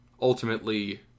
ultimately